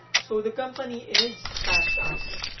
so the company is taskus.